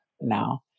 now